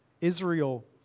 Israel